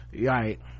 right